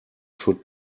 should